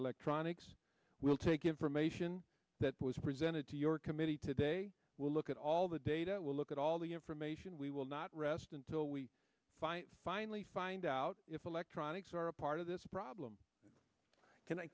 electronics will take information that was presented to your committee today we'll look at all the data will look at all the information we will not rest until we finally find out if electronics are a part of this problem can i